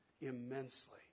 immensely